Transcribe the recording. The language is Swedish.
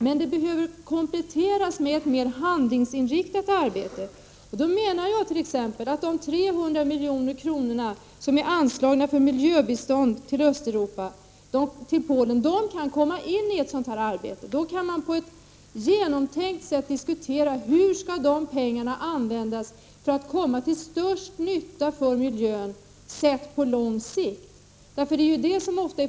Men vi behöver komplettera med ett mera handlingsinriktat arbete. Jag menar t.ex. att de 300 milj.kr. som är anslagna för miljöbistånd till Polen kan komma in i ett sådant arbete. Då kan man på ett genomtänkt sätt diskutera hur de pengarna skall användas för att komma till störst nytta för miljön på lång sikt.